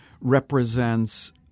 represents